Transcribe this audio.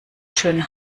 schön